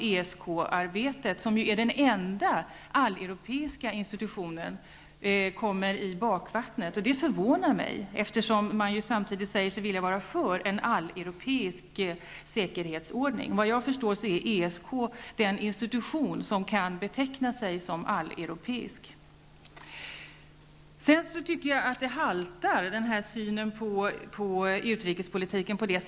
ESK-arbetet, den enda alleuropeiska institutionen, kommer i bakvattnet, och det förvånar mig, eftersom man samtidigt säger sig vilja vara för en alleuropeisk säkerhetsordning. Såvitt jag förstår är ESK den instution som kan betecknas som alleuropeisk. Jag tycker att synen på utrikespolitiken haltar.